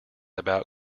about